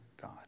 God